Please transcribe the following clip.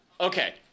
Okay